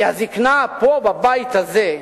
כי הזיקנה פה, בבית הזה,